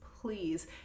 Please